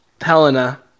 Helena